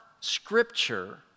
Scripture